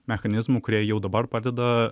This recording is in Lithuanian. mechanizmų kurie jau dabar padeda